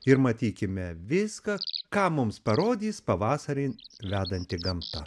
ir matykime viskas ką mums parodys pavasarin vedanti gamta